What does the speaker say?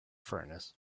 furnace